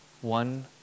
one